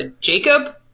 Jacob